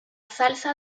salsa